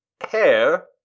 hair